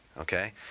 okay